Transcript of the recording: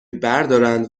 بردارند